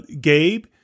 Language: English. Gabe